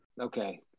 Okay